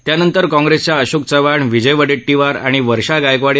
त्यानंतर काँग्रस्त्रिया अशोक चव्हाण विजय वड्टीीवार वर्षा गायकवाड